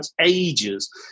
ages